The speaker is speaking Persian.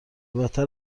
بدتر